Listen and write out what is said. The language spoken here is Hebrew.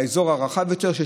באזור הרחב יותר,